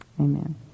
Amen